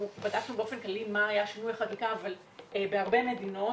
באופן כללי מה היה שינוי החקיקה בהרבה מדינות